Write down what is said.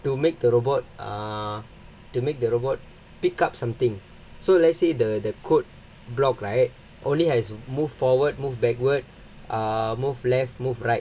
to make the robot err to make the robot pick up something so let's say the the code block right only has moved forward move backward err move left move right